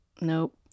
Nope